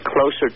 closer